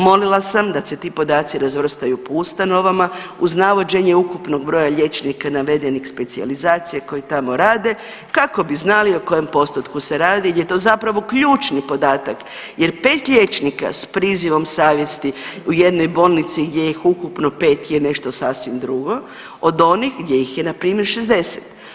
Molila sam da se ti podaci razvrstaju po ustanovama uz navođenje ukupnog broja liječnika navedenih specijalizacija koji tamo rade kako bi znali o kojem postotku se radi gdje je to zapravo ključni podatak jer 5 liječnika s prizivom savjesti u jednoj bolnici gdje ih je ukupno 5 je nešto sasvim drugo od onih gdje ih je npr. 60.